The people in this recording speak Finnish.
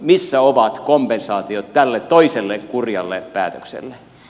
missä ovat kompensaatiot tälle toiselle kurjalle päätökselle